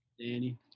Danny